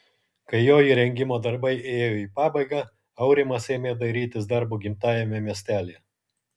kai jo įrengimo darbai ėjo į pabaigą aurimas ėmė dairytis darbo gimtajame miestelyje